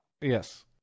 Yes